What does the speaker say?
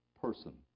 person